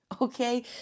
Okay